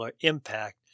impact